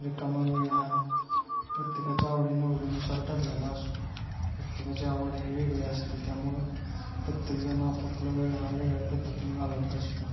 रिकामा वेळ हा प्रत्येकाच्या आवडीनिवडीनुसार ठरलेला असतो प्रत्येकाची आवड ही वेगळी असते त्यामुळं प्रत्येकजण आपापला वेळ हा वेगळ्या पद्धतीने घालवत असतो